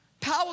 Power